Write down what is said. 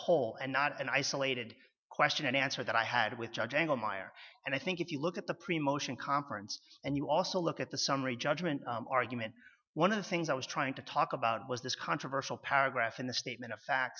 whole and not an isolated question and answer that i had with judge angle mire and i think if you look at the pre motion conference and you also look at the summary judgment argument one of the things i was trying to talk about was this controversial paragraph in the statement of fact